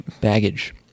baggage